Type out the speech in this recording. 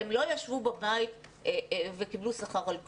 הן לא ישבו בבית וקיבלו שכר על כלום.